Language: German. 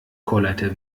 chorleiter